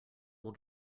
will